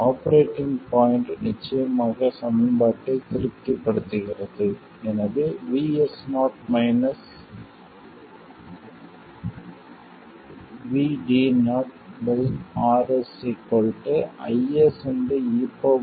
operating point நிச்சயமாக சமன்பாட்டை திருப்திப்படுத்துகிறது எனவே R IS